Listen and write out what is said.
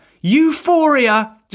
euphoria